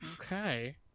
Okay